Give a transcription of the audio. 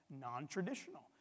non-traditional